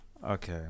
okay